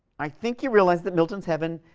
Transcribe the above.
i think you realize that milton's heaven